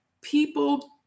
people